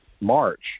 March